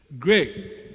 Great